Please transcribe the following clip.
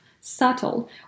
subtle